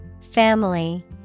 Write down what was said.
Family